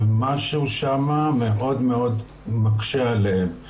ומשהו שם מאוד מאוד מקשה עליהן.